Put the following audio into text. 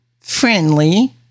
friendly